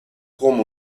come